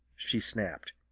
she snapped,